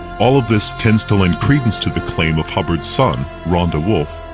all of this tends to lend credence to the claim of hubbard's son, ron dewolf,